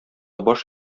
баш